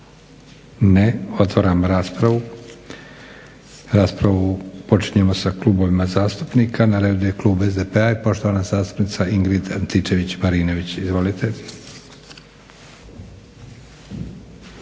Ne. Otvaram raspravu. Raspravu počinjemo sa klubovima zastupnika. Na redu je Klub SDP-a i poštovana zastupnica Ingrid Antičević-Marinović. Izvolite.